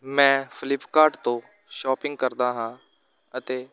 ਮੈਂ ਫਲਿਪਕਾਰਟ ਤੋਂ ਸ਼ੋਪਿੰਗ ਕਰਦਾ ਹਾਂ ਅਤੇ